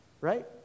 right